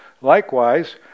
Likewise